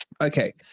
Okay